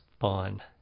fun